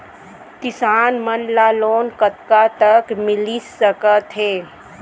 किसान मन ला लोन कतका तक मिलिस सकथे?